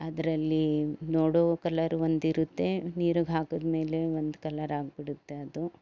ಅದರಲ್ಲಿ ನೋಡೊ ಕಲರ್ ಒಂದಿರುತ್ತೆ ನೀರಿಗೆ ಹಾಕಿದ ಮೇಲೆ ಒಂದು ಕಲರ್ ಆಗಿಬಿಡತ್ತೆ ಅದು